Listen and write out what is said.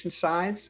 size